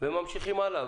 וממשיכים הלאה.